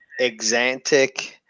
Exantic